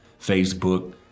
Facebook